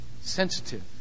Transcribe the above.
Sensitive